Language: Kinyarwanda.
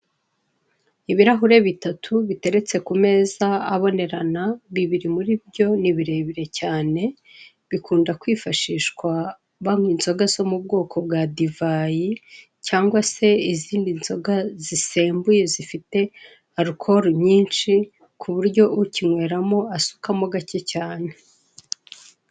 Ibirahure bitatu biteretse ku meza abonerana, biri muri byo ni birebire cyane, bikunda kwifashishwa banywa inzoga zo mu bwoko bwa divayi cyangwa se izindi nzoga zisembuye zifite alukoro nyinshi ku buryo ukinyweramo asukamo gake cyane.